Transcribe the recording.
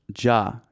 Ja